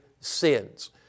sins